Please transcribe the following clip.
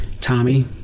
Tommy